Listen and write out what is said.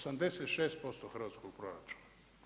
86% hrvatskog proračuna.